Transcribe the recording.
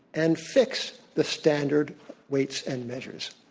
and fix the standard weights and measures.